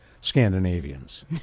Scandinavians